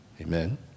Amen